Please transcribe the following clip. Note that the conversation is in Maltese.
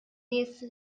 nies